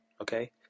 Okay